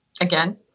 Again